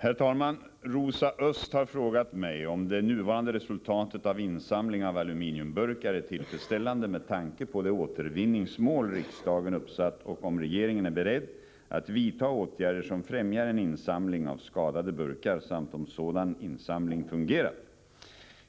Herr talman! Rosa Östh har frågat mig om det nuvarande resultatet av insamling av aluminiumburkar är tillfredsställande med tanke på det återvinningsmål riksdagen uppsatt och om regeringen är beredd att vidta åtgärder som främjar en insamling av skadade burkar samt om en sådan insamling fungerat.